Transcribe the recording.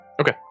Okay